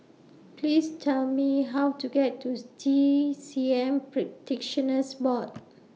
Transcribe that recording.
Please Tell Me How to get Tooth T C M Practitioners Board